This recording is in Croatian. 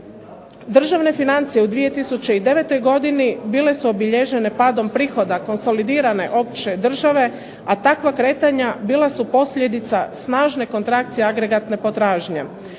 Državne financije u 2009. godini bile su obilježene padom prihoda konsolidirane opće države, a takva kretanja bila su posljedica snažne kontrakcije agregatne potražnje.